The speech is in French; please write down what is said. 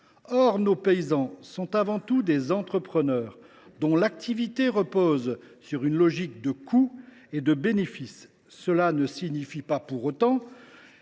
Or nos paysans sont avant tout des entrepreneurs, dont l’activité repose sur une logique de coûts et de bénéfices. Cela ne signifie pas pour autant